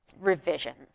revisions